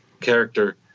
character